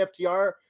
FTR